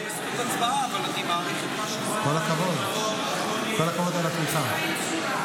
--- כל הכבוד על התמיכה,